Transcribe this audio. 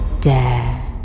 dare